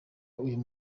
uyu